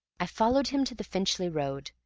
i followed him to the finchley road.